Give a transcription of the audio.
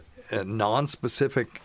nonspecific